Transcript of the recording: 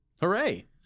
Hooray